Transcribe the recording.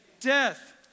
Death